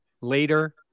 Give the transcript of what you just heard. later